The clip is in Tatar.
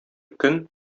көн